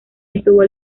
estuvo